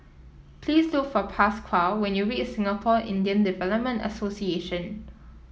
please look for Pasquale when you reach Singapore Indian Development Association